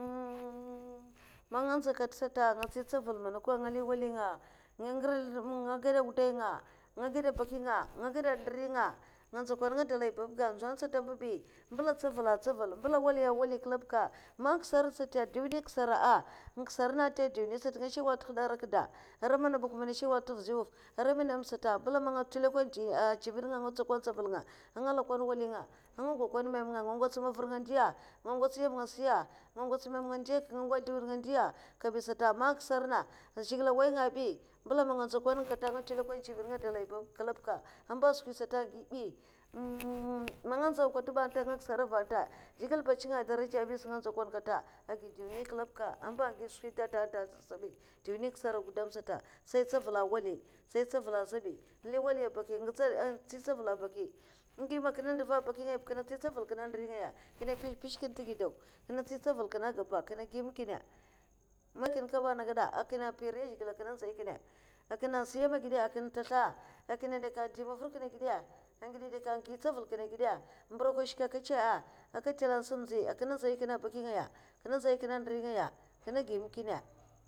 man nga ndza kata sata nga tsi tsavula mana kwa nga liwali nga gada wuday nga, nga gada baki'nga gèdè ndirdi nga, nga nchokoi'nri dalai babga dzoan sata amba bi, mbula ntsavala un ntsaval, mbula waliya un wali kula buka man kisarna sata duniya nkisara'a a nkisaran nte duniya sata nga shawale nte huda ara kda aran mana mbuk mana nshawale nte vsi nhuff ara man mndo sata, mbula mana nka tula koi vunga anga ntsokoi ntsaval nga anga nlakwai nwali'nga, aka goi koi meme nga mavar man na ndiya nga ngots nyama nga ngs gotsgide khakya siya nga ngocha meme nga ndiya nga ngost zliwada nga ndiya kabi sata man nka nkisarna zhigile ah nwoya nga bi mbula man nga nstoikoi nga aka ntela kwoi ncived nga dalai babga kabi man ka nzau kata ba nte aka nkisara vata zhigigle anchi nga daraja bisa nga na nchkokon kata a gada duniya kulaba nga gi skwintata nte sa bi duniya un kisara guduam sata sai ntsavala ah wali mn ntsaval azabi, an li wali baki ahn ndi man njkuna nduva an baki ngaya kilaba ka kine ntsi ntsaval kine ndirdi ngya kine mpez mpeza kine nta gidau, kinè tsi tsavul kinè agaba, kina gim kina, man kine kaba ana gada akine mpyi nri zhigile, akina siyama gada aka ntasla, aka akinè daga ndi mavur kinè agida a ngidè gyi tsavul kinè agidè, mburok ashi ka kinè chè è akinè ntilan sam nzay kina ndzay kinè abaki ngaya, kinè tsay kinè a ndiri ngaya akinè agi mè kine.